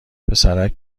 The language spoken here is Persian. پسرک